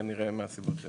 כנראה מהסיבות האלה.